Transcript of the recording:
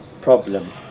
problem